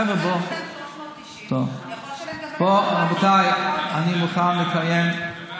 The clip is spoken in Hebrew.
אני מוכן לקיים,